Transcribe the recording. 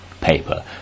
paper